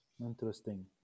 Interesting